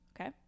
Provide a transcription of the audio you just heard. Okay